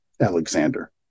Alexander